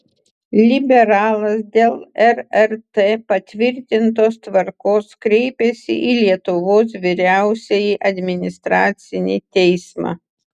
liberalas dėl rrt patvirtintos tvarkos kreipėsi į lietuvos vyriausiąjį administracinį teismą